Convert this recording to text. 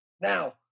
Now